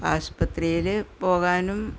ആശുപത്രിയിൽ പോകാനും